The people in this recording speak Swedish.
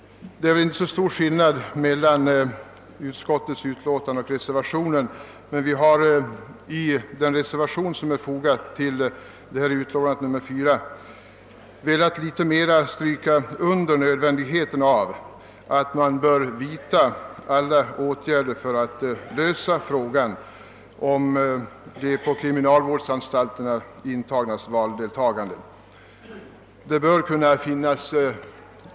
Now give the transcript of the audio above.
Det är inte så stor skillnad mellan utskottsmajoritetens skrivning och den reservation som är fogad vid utlåtandet, men vi reservanter har — i högre grad än utskottsmajoriteten — velat stryka under nödvändigheten av att alla möjliga åtgärder vidtas för att frågan om valdeltagandet för de på kriminalvårdsanstalterna intagna skall kunna lösas.